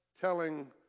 telling